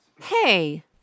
Hey